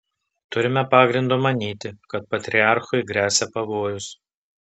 turime pagrindo manyti kad patriarchui gresia pavojus